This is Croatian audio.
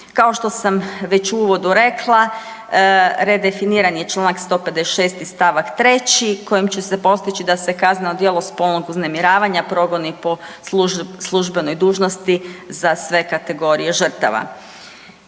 Kao što sam već u uvodu rekla redefiniran je čl. 156. st. 3. kojim će se postići da se kazneno djelo spolnog uznemiravanja progoni po službenoj dužnosti za sve kategorije žrtava.